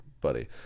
buddy